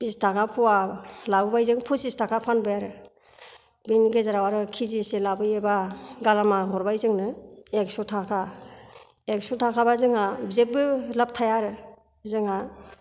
बिसथाखा फवा लाबोबाय जों पसिस थाखा फानबाय आरो बिदिनि गेजेराव आरो केजिसे लाबोयोबा गालामाल हरबाय जोंनो एकस थाखा एकस थाखाबा जोंहा जेबो लाब थाया आरो जोंहा